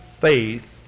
faith